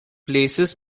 places